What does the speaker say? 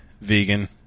Vegan